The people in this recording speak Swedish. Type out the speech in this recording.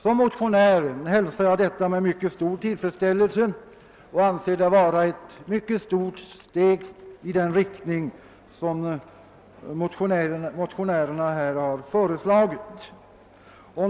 Som motionär hälsar jag detta med mycket stor tillfredsställelse och anser det vara ett steg i riktning mot vad motionärerna har föreslagit.